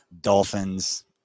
Dolphins